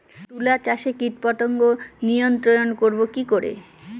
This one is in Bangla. তুলা চাষে কীটপতঙ্গ নিয়ন্ত্রণর করব কি করে?